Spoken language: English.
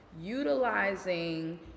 utilizing